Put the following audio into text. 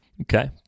Okay